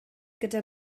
gyda